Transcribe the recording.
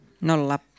Nolla